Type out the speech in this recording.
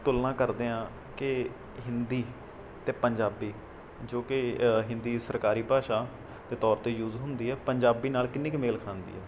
ਤੁਲਨਾ ਕਰਦੇ ਹਾਂ ਕਿ ਹਿੰਦੀ ਅਤੇ ਪੰਜਾਬੀ ਜੋ ਕਿ ਅ ਹਿੰਦੀ ਸਰਕਾਰੀ ਭਾਸ਼ਾ ਦੇ ਤੌਰ 'ਤੇ ਯੂਜ ਹੁੰਦੀ ਹੈ ਪੰਜਾਬੀ ਨਾਲ ਕਿੰਨੀ ਕੁ ਮੇਲ ਖਾਂਦੀ ਹੈ